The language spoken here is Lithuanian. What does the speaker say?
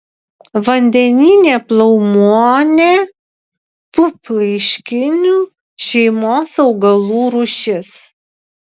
vandeninė plaumuonė puplaiškinių šeimos augalų rūšis